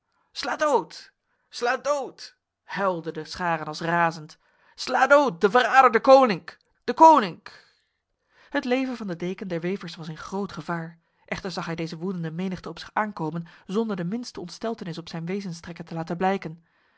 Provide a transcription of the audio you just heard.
sla dood huilden de scharen als razend sla dood de verrader deconinck deconinck het leven van de deken der wevers was in groot gevaar echter zag hij deze woedende menigte op zich aankomen zonder de minste ontsteltenis op zijn wezenstrekken te laten blijken